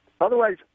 otherwise